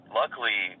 luckily